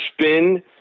spin